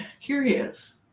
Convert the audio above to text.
Curious